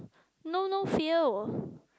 know no fear